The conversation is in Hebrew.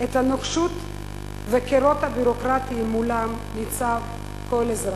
את הנוקשות והקירות הביורוקרטיים שמולם ניצב כל אזרח.